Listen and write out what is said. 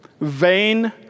vain